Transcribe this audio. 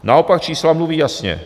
Naopak čísla mluví jasně.